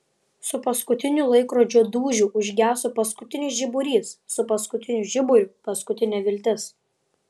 su paskutiniu laikrodžio dūžiu užgeso paskutinis žiburys su paskutiniu žiburiu paskutinė viltis